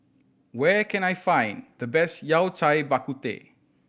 where can I find the best Yao Cai Bak Kut Teh